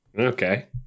Okay